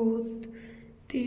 ବହୁତଟି